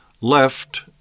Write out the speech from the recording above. left